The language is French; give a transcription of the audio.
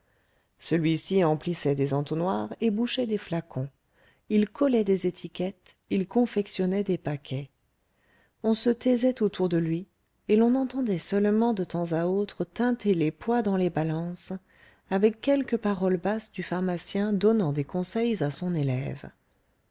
celui-ci emplissait des entonnoirs et bouchait des flacons il collait des étiquettes il confectionnait des paquets on se taisait autour de lui et l'on entendait seulement de temps à autre tinter les poids dans les balances avec quelques paroles basses du pharmacien donnant des conseils à son élève